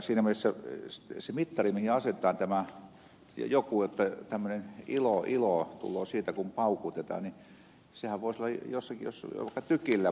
siinä mielessä se mittari mihin asetetaan tämä joku että tämmöinen ilo tulee siitä kun paukutetaan niin sehän voisi olla jossakin jos vaikka tykillä paukauttelevat